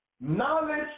Knowledge